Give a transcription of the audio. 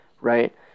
right